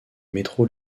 métro